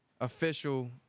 official